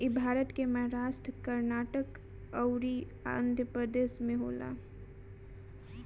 इ भारत के महाराष्ट्र, कर्नाटक अउरी आँध्रप्रदेश में होला